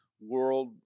world